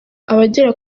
abagera